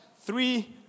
three